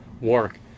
work